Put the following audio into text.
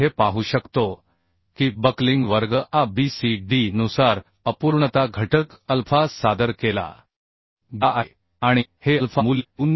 आपण येथे पाहू शकतो की बक्लिंग वर्ग A B C D नुसार अपूर्णता घटक अल्फा सादर केला गेला आहे आणि हे अल्फा मूल्य 0